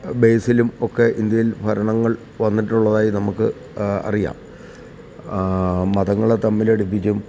ബേസിലും ഒക്കെ ഇന്ത്യയിൽ ഭരണങ്ങൾ വന്നിട്ടുള്ളതായി നമുക്ക് അറിയാം മതങ്ങളെ തമ്മിലടിപ്പിച്ചും